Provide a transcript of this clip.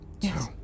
Yes